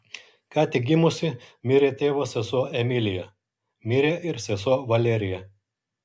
ką tik gimusi mirė tėvo sesuo emilija mirė ir sesuo valerija